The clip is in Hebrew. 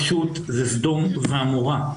פשוט זה סדום ועמורה.